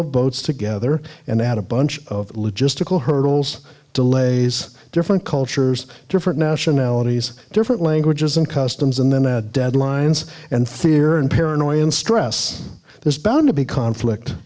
of boats together and add a bunch of logistical hurdles delays different cultures different nationalities different languages and customs and then add deadlines and fear and paranoia and stress there's bound to be conflict